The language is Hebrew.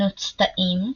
נוצתאים.